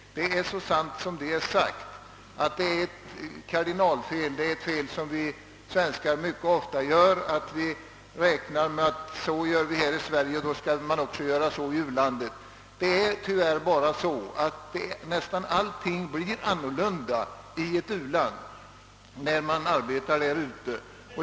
Det är så sant som det är sagt att det är ett kardinalfel som vi svenskar har att vi ofta räknar med att man kan göra i u-landet som man gör i Sverige. Det är tyvärr så att nästan allting blir annorlunda i ett uland när man arbetar där ute.